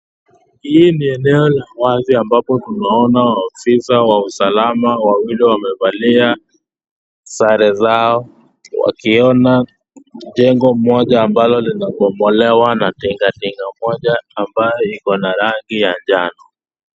Hii ni eneo la wazi ambapo tunaona maafisa wa usalama wawili wamevalia sare zao wakiona jengo moja ambalo limebomolewa na tingatinga moja ambayo iko na rangi ya njano.